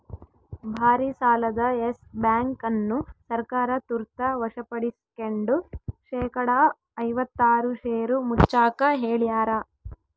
ಭಾರಿಸಾಲದ Yes Bank ಅನ್ನು ಸರ್ಕಾರ ತುರ್ತ ವಶಪಡಿಸ್ಕೆಂಡು ಶೇಕಡಾ ಐವತ್ತಾರು ಷೇರು ಮುಚ್ಚಾಕ ಹೇಳ್ಯಾರ